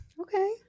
Okay